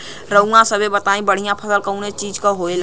रउआ सभे बताई बढ़ियां फसल कवने चीज़क होखेला?